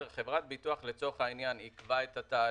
חברת ביטוח לצורך העניין עיכבה את התהליך,